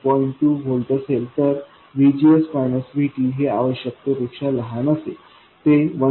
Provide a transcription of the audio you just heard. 2 volt असेल तर VGS VTहे आवश्यकतेपेक्षा लहान असेल ते 1